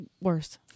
Worse